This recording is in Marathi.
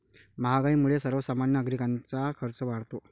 महागाईमुळे सर्वसामान्य नागरिकांचा खर्च वाढतो